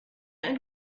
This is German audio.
ein